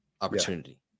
opportunity